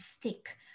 thick